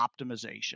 optimization